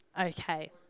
okay